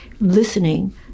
listening